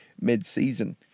mid-season